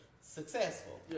successful